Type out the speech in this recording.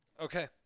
Okay